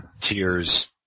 Tears